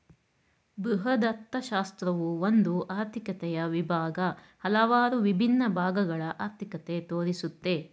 ಬೃಹದರ್ಥಶಾಸ್ತ್ರವು ಒಂದು ಆರ್ಥಿಕತೆಯ ವಿಭಾಗ, ಹಲವಾರು ವಿಭಿನ್ನ ಭಾಗಗಳ ಅರ್ಥಿಕತೆ ತೋರಿಸುತ್ತೆ